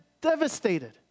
devastated